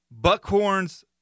buckhorns